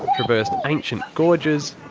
traversed ancient gorges.